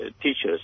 teachers